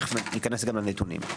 תכף ניכנס לנתונים.